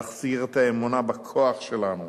להחזיר את האמונה בכוח שלנו,